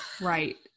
Right